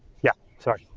yeah sorry.